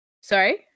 Sorry